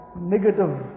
negative